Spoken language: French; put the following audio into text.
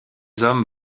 hommes